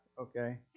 okay